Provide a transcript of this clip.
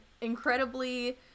incredibly